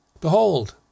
Behold